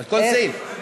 על כל סעיף.